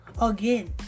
again